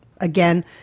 again